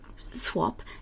swap